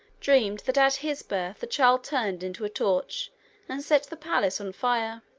dreamed that at his birth the child turned into a torch and set the palace on fire.